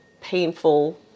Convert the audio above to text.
painful